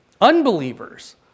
unbelievers